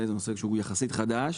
זה נושא חשוב ויחסית חדש.